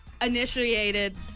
initiated